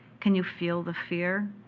can you feel the fear?